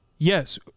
Yes